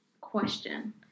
question